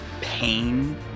pain